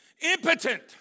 Impotent